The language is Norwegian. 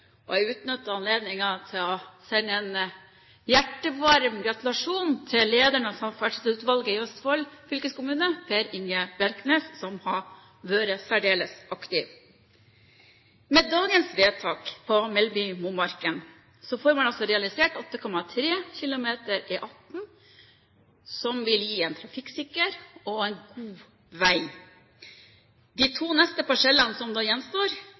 del. Jeg nytter anledningen til å sende en hjertevarm gratulasjon til lederen av samferdselsutvalget i Østfold fylkeskommune, Per Inge Bjerknes, som har vært særdeles aktiv. Med dagens vedtak på Melleby–Momarken får man realisert 8,3 km E18, som vil gi en trafikksikker og god vei. De to neste parsellene som da gjenstår,